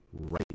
right